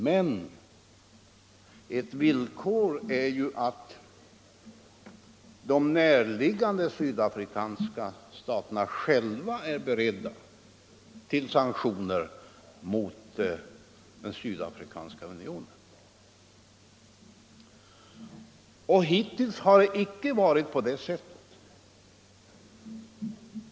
Men ett villkor är att de närliggande sydafrikanska staterna själva är beredda till sanktioner mot den sydafrikanska unionen. Hittills har det inte varit på det sättet.